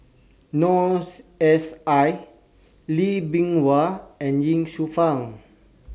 Noor S I Lee Bee Wah and Ye Shufang